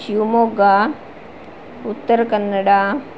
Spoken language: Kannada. ಶಿವಮೊಗ್ಗ ಉತ್ತರ ಕನ್ನಡ